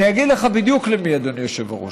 אני אגיד לך בדיוק למי, אדוני היושב-ראש: